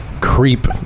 creep